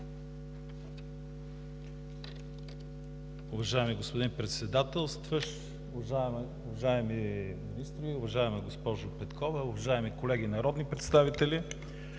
Уважаеми господин Председателстващ, уважаеми министри, уважаема госпожо Петкова, уважаеми колеги народни представители!